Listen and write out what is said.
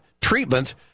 treatment